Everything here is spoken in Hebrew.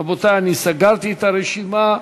רבותי, אני סגרתי את הרשימה.